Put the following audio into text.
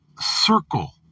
circle